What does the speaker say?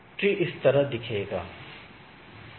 tree इस तरह दिखेगा